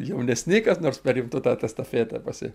jaunesni kas nors perimtų tat estafėtę pasi